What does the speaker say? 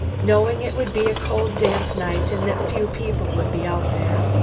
knowing it would be a cold damp night and that few people would be out there.